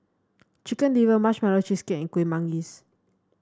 Chicken Liver Marshmallow Cheesecake and Kuih Manggis